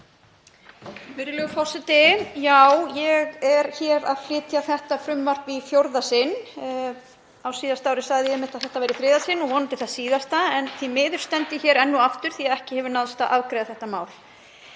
Virðulegur forseti. Ég er hér að flytja þetta frumvarp í fjórða sinn. Á síðasta ári sagði ég einmitt að þetta væri í þriðja sinn og vonandi það síðasta en því miður stend ég hér enn og aftur því að ekki hefur náðst að afgreiða þetta mál.